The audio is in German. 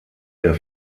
der